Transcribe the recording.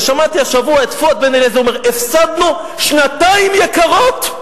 אני שמעתי השבוע את פואד בן-אליעזר אומר: הפסדנו שנתיים יקרות.